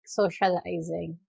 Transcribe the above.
socializing